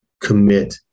commit